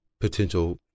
potential